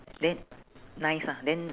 then nice ah then